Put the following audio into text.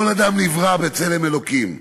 כל אדם נברא בצלם אלוקים.